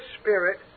spirit